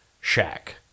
shack